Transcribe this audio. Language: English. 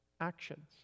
actions